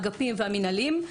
האגפים והמנהלים.